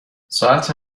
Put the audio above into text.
ساعت